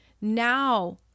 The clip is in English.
now